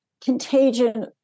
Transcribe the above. contagion